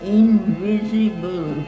invisible